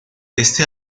este